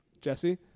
Jesse